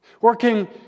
working